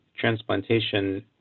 transplantation